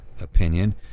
opinion